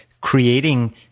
creating